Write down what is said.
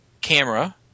camera